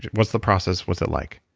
what's the process? what's it like?